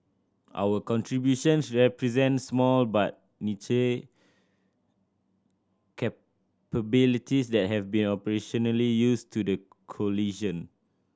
our contributions represent small but niche capabilities that have been operationally use to the coalition